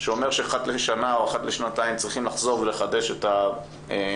שאומר שאחת לשנה או לשנתיים צריכים לחזור ולחדש את האבחנה.